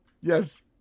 Yes